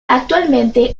actualmente